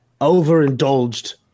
overindulged